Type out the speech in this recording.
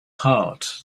heart